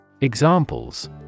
Examples